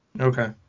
okay